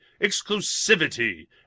exclusivity